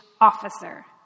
officer